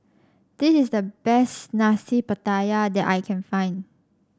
this is the best Nasi Pattaya that I can find